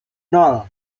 nol